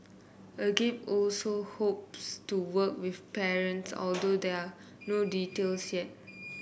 Agape also hopes to work with parents although there are no details yet